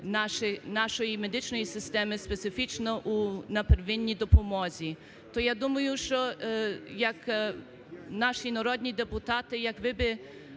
нашої медичної системи специфічно на первинній допомозі. То я думаю, що, як наші народні депутати, якби